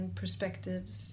perspectives